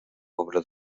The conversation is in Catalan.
obra